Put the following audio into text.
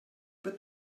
but